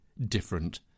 different